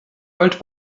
wollt